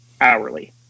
hourly